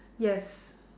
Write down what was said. yes